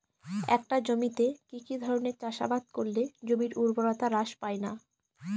একটা জমিতে কি কি ধরনের চাষাবাদ করলে জমির উর্বরতা হ্রাস পায়না?